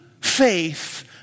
faith